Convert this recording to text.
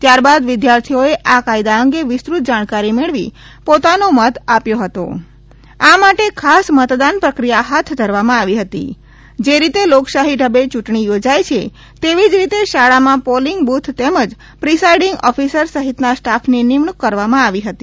ત્યારબાદ વિદ્યાર્થીઓએ આ કાયદા અંગે વિસ્તૃત જાણકારી મેળવી પોતાનો મત આપ્યો હતો આ માટે ખાસ મતદાન પ્રક્રિયા હાથ ધરવામાં આવી હતી જે રીતે લોકશાહી ઢબે ચૂંટણી યોજાય છે તેવી જ રીતે શાળામાં પોલિંગ બુથ તેમજ પ્રિસાઇડિંગ ઓફિસર સહિતના સ્ટાફની નિમણૂક કરવામાં આવી હતી